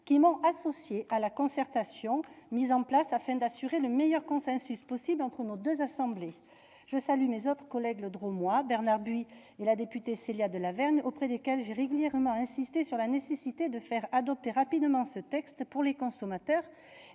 qui m'ont tous associée à la concertation mise en place, afin d'assurer le meilleur consensus possible entre nos deux assemblées. Je salue également mes autres collègues drômois, Bernard Buis et la députée Célia de Lavergne, auprès desquels j'ai régulièrement insisté sur la nécessité de faire adopter rapidement ce texte pour les consommateurs